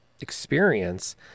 experience